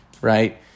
Right